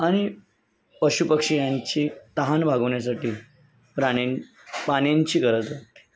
आणि पशू पक्षी यांची तहान भागवण्यासाठी प्राण्यां पाण्यांची गरज लागते